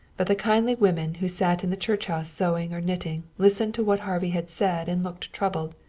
but the kindly women who sat in the church house sewing or knitting listened to what harvey had said and looked troubled.